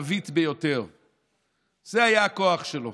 נשאר לנו מה-30?